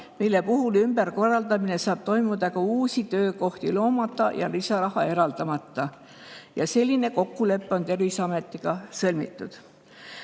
mille puhul ümberkorraldamine saab toimuda ka uusi töökohti loomata ja lisaraha eraldamata, ja selline kokkulepe on Terviseametiga sõlmitud. Proua